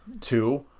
Two